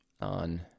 on